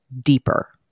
deeper